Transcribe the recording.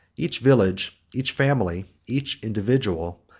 each village, each family, each individual,